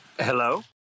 Hello